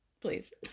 please